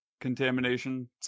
contamination